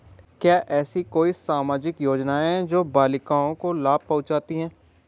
क्या ऐसी कोई सामाजिक योजनाएँ हैं जो बालिकाओं को लाभ पहुँचाती हैं?